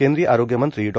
केंद्रीय आरोग्य मंत्री डॉ